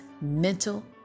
mental